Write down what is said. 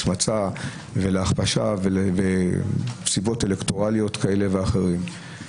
השמצה והכפשה מסיבות אלקטורליות כאלה ואחרות.